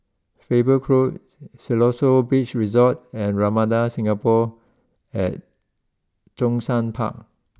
Faber Grove Siloso Beach Resort and Ramada Singapore at Zhongshan Park